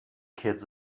kids